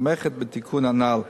התומכת בתיקון הנ"ל.